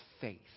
faith